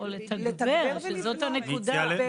לתגבר, שזאת הנקודה.